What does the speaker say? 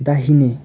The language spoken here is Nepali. दाहिने